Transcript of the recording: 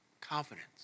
Confidence